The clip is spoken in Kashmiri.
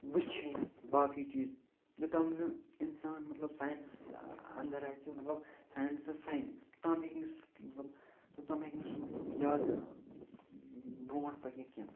وٕچھِنۍ باقٕے چیٖز یوٚتام نہٕ اِنسان مطلب ساینسَس انٛدر اَژِ مطلب ساینسس سَنہِ توٚتام ہیٚکہِ نہٕ سُہ مطلب توٚتام ہیٚکہِ نہٕ سُہ زیادٕ مطلب برٛونٹھ پٔکِتھ کیٚنٛہہ